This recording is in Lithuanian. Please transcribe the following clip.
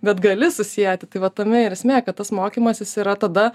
bet gali susieti tai vat tame ir esmė kad tas mokymasis yra tada